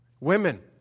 Women